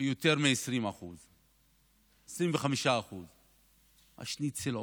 ביותר מ-20% 25%. השניצל עולה,